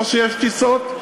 או שיש טיסות,